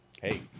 Hey